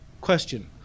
question